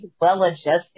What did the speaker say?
well-adjusted